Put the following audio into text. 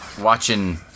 watching